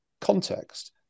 context